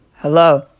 Hello